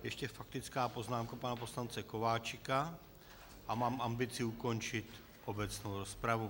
Ještě faktická poznámka pana poslance Kováčika a mám ambici ukončit obecnou rozpravu.